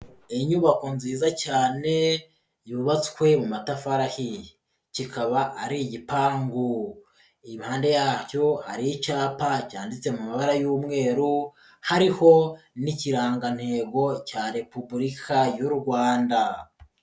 Inyubako nziza cyane yubatswe mu matafari ahiye. Kikaba ari igipangu. Impande yacyo hari icyapa cyanditse mu mabara y'umweru, hariho n'ikirangantego cya Repubulika y'u Rwanda.